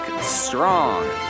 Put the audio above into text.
Strong